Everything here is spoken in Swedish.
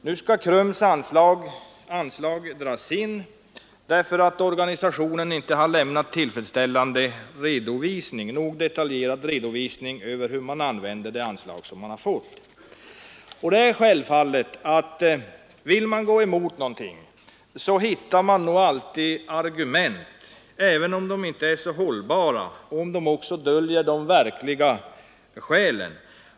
Nu skall KRUM:s anslag dras in därför att organisationen inte lämnat en tillräckligt detaljerad redovisning för hur man använt de anslag som man har fått. Vill man gå emot något, hittar man naturligtvis alltid argument, även om de inte är så hållbara och om de också döljer de verkliga skälen.